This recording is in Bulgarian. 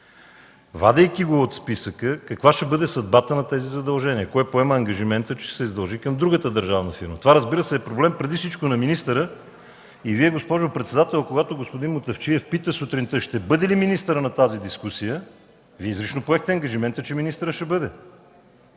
Вадейки го от списъка, каква ще бъде съдбата на тези задължения? Кой поема ангажимента, че ще се издължи към другата държавна фирма? Това, разбира се, е проблем преди всичко на министъра. И Вие, госпожо председател, когато господин Мутафчиев попита сутринта ще бъде ли министърът на тази дискусия, Вие изрично поехте ангажимента, че министърът ще бъде.